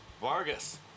Vargas